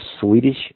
Swedish